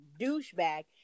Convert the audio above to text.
douchebag